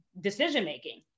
decision-making